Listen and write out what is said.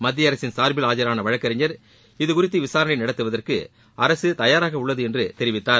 மத்தியஅரசின் சார்பில் ஆஜரான வழக்கறிஞர் இதுகுறித்து விசாரணை நடத்துவதற்கு அரசு தயாராக உள்ளது என்று தெரிவித்தார்